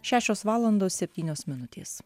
šešios valandos septynios minutės